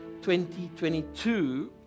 2022